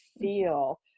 feel